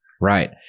Right